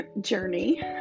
journey